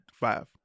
five